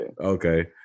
Okay